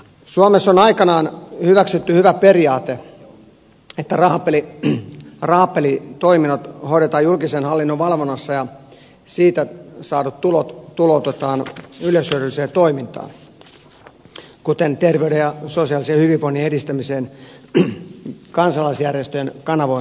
suomessa on aikanaan hyväksytty hyvä periaate että rahapelitoiminnot hoidetaan julkisen hallinnon valvonnassa ja niistä saadut tulot tuloutetaan yleishyödylliseen toimintaan kuten terveyden ja sosiaalisen hyvinvoinnin edistämiseen kansalaisjärjestöjen kanavoimana